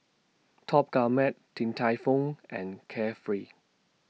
Top Gourmet Din Tai Fung and Carefree